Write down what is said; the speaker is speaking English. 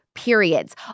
Periods